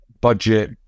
budget